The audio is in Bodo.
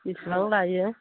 बिसिबां लायो